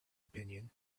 opinion